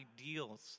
ideals